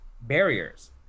barriers